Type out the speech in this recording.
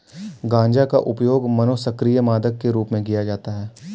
गांजा उपयोग मनोसक्रिय मादक के रूप में किया जाता है